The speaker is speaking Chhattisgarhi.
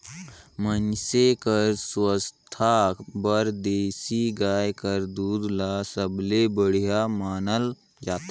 मइनसे कर सुवास्थ बर देसी गाय कर दूद ल सबले बड़िहा मानल जाथे